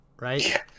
right